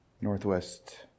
Northwest